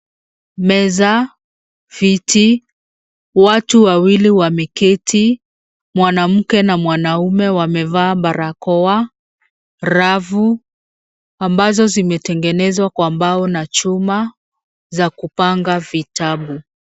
Meza, viti, watu wawili wameketi, mwanamke na mwanaume wamevaa barakoa. Rafu ambazo zimetengenezwa kwa mbao na chuma za kupanga vitabu.